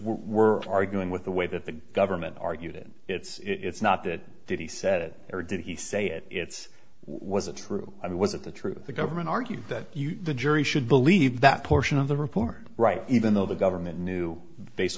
we're arguing with the way that the government argued it it's not that did he said it or did he say it it's was a true i mean was it the truth the government argued that the jury should believe that portion of the report right even though the government knew based